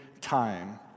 time